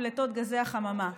פליטות גזי החממה,